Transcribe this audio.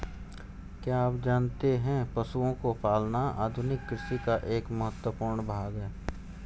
क्या आप जानते है पशुओं को पालना आधुनिक कृषि का एक महत्वपूर्ण भाग है?